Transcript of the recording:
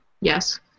Yes